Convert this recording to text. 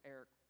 Eric